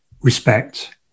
respect